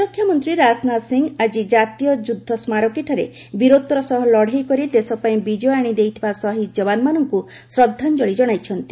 ପ୍ରତିରକ୍ଷା ମନ୍ତ୍ରୀ ରାଜନାଥ ସିଂହ ଆଜି ଜାତୀୟ ଯୁଦ୍ଧସ୍କାରକୀଠାରେ ବୀରତ୍ୱର ସହ ଲଢ଼େଇ କରି ଦେଶପାଇଁ ବିଜୟ ଆଣି ଦେଇଥିବା ଶହୀଦ୍ ଯବାନମାନଙ୍କୁ ଶ୍ରଦ୍ଧାଞ୍ଚଳି ଜଣାଇଛନ୍ତି